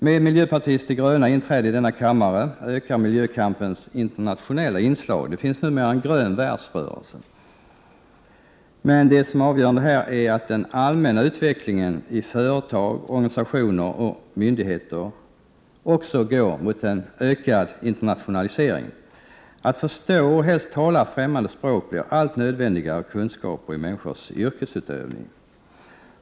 Med miljöpartiet de grönas inträde i denna kammare ökar miljökampens internationella inslag — det finns numera en grön världsrörelse. Men det avgörande här är att den allmänna utvecklingen i företag, organisationer och myndigheter också går mot en ökad internationalisering. Att förstå och helst kunna tala ffrämmande språk blir allt nödvändigare i människors yrkesutövning.